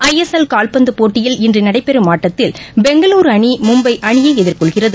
ஜ S L கால்பந்து போட்டியில் இன்று நடைபெறம் ஆட்டத்தில் பெங்களூரு அணி மும்பை அணியை எதிர்கொள்கிறது